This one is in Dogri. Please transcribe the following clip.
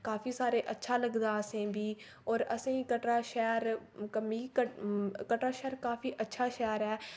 काफी सारे अच्छा लगदा असें बी और असेंई कटरा शैह्र कटरा शैह्र काफी अच्छा शैह्र ऐ